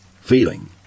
Feeling